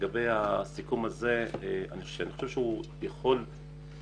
לגבי הסיכום הזה, אני חושב שבסוף הוא